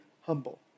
humble